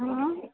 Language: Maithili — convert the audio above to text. हँ